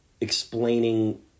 explaining